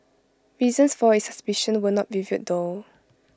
reasons for its suspicion were not revealed though